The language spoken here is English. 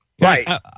Right